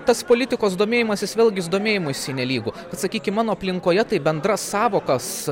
tas politikos domėjimasis vėlgi jis domėjimuisi nelygu sakykim mano aplinkoje tai bendras sąvokas